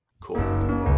cool